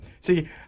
See